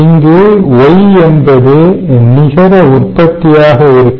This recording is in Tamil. இங்கு Y என்பது நிகர உற்பத்தியாக இருக்கும்